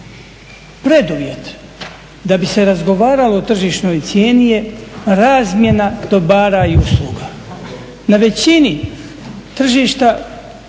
Preduvjet da bi se razgovaralo o tržišnoj cijeni je razmjena dobara i usluga. Na većini tržišta